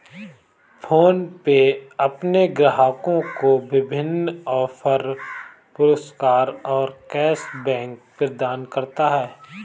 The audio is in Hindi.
फोनपे अपने ग्राहकों को विभिन्न ऑफ़र, पुरस्कार और कैश बैक प्रदान करता है